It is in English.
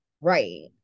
Right